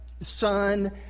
son